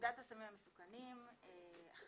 פקודת הסמים המסוכנים (תיקון מס'),